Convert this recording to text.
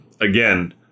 Again